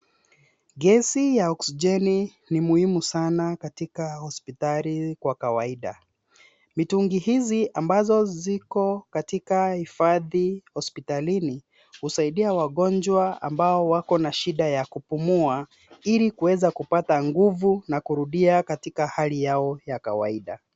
Gesi ya oksijeni ni muhimu sana katika hospitali kwa kawaida. Mitungi hizi ambazo ziko katika hifadhi hospitalini husaidia wagonjwa ambao wako na shida ya kupumua ili kuweza kupata nguvu na kurudia katika hali yao ya kawaida.